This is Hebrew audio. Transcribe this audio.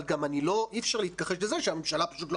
אבל אי אפשר להתכחש לזה שהממשלה פשוט לא